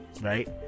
right